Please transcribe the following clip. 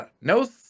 No